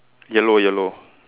yellow yellow